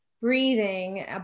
breathing